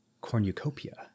cornucopia